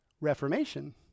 reformation